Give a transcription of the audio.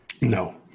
no